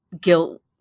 guilt